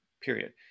period